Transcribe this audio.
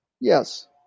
yes